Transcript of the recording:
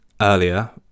earlier